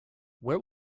where